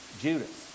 Judas